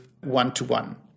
one-to-one